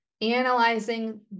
analyzing